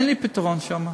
אין לי פתרון שם.